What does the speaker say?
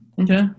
Okay